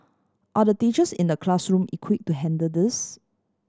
are the teachers in the classroom equip to handle this